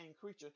creature